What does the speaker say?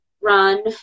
run